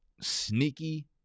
sneaky